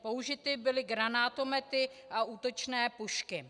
Použity byly granátomety a útočné pušky.